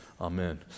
amen